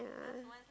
yeah